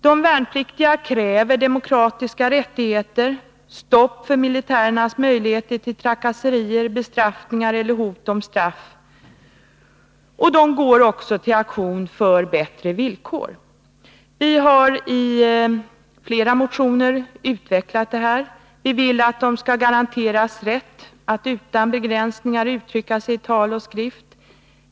De värnpliktiga kräver demokratiska rättigheter, stopp för militärernas möjligheter till trakasserier, bestraffningar eller hot om straff, och de går också till aktion för bättre villkor. Vi har utvecklat detta i flera motioner. Vi vill att de värnpliktiga skall garanteras rätt att utan begränsningar uttrycka sig i tal och skrift.